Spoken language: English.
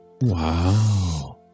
Wow